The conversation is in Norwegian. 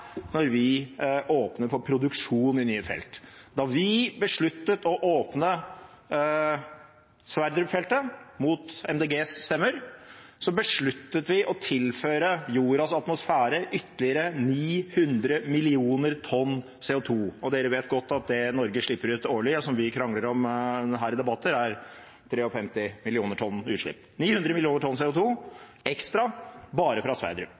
når vi åpner for produksjon i nye felt. Da vi besluttet å åpne Johan Sverdrup-feltet, mot MDGs stemmer, besluttet vi å tilføre jordas atmosfære ytterligere 900 millioner tonn CO2, og dere vet godt at det Norge slipper ut årlig og som vi krangler om her i debatter, er 53 millioner tonn utslipp. 900 millioner tonn CO2 ekstra, bare fra